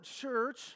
church